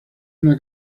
una